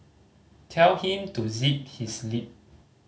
tell him to zip his lip